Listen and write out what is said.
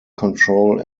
control